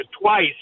twice